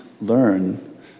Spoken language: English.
learn